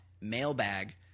mailbag